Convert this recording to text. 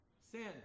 sin